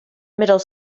middle